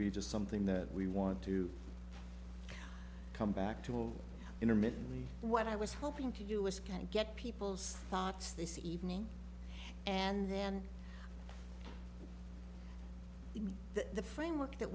be just something that we want to come back to intermittently what i was hoping to do was kind of get people's thoughts this evening and then the framework that